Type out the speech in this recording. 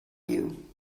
you